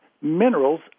minerals